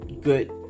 good